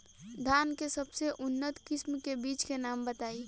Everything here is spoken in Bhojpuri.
धान के सबसे उन्नत किस्म के बिज के नाम बताई?